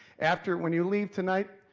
after, when you leave tonight,